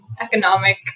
economic